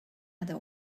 other